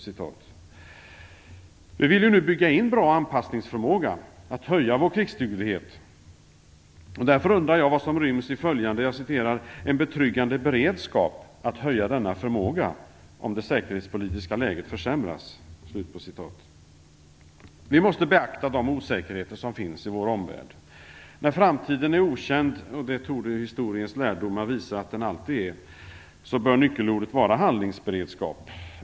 Vi vill nu bygga in bra anpassningsförmåga, förmåga att höja vår krigsduglighet, och därför undrar jag vad som ryms i "en betryggande beredskap att höja denna förmåga om det säkerhetspolitiska läget försämras"? Vi måste beakta de osäkerheter som finns i vår omvärld. När framtiden är okänd - och det torde historiens lärdomar visa att den alltid är - bör nyckelordet vara handlingsberedskap.